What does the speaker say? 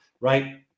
right